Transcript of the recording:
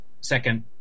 second